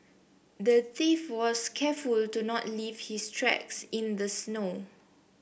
the thief was careful to not leave his tracks in the snow